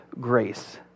grace